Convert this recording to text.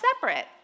separate